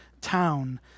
town